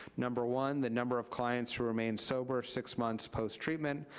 number one, the number of clients remain sober six months post-treatment,